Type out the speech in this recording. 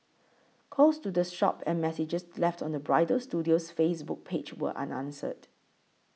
calls to the shop and messages left on the bridal studio's Facebook page were unanswered